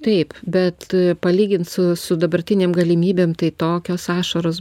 taip bet palygint su su dabartinėm galimybėm tai tokios ašaros